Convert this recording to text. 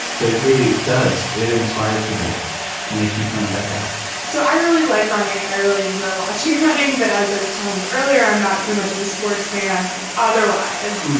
so it really it does it inspires people and they keep coming back out so i really like running and i really enjoy watching your having that. as i was telling you earlier, i'm not so much of a sports fan. otherwise,